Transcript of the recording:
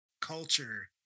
culture